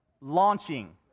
launching